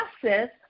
process